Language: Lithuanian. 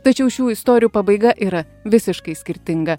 tačiau šių istorijų pabaiga yra visiškai skirtinga